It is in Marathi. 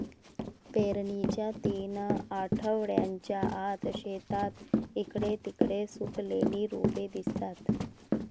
पेरणीच्या तीन आठवड्यांच्या आत, शेतात इकडे तिकडे सुकलेली रोपे दिसतात